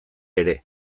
ere